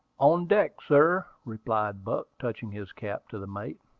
on deck, sir, replied buck, touching his cap to the mate.